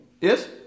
Yes